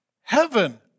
Heaven